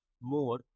more